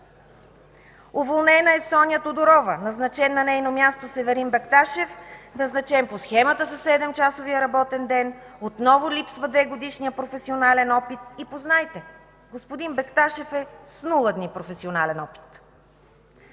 Уволнена е Соня Тодорова – назначен на нейно място Северин Бакташев, назначен по схемата със 7-часовия работен ден. Отново липсва двегодишния професионален опит и, познайте, господин Бакташев е с нула дни професионален опит.